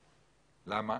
למה?